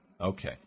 Okay